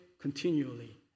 continually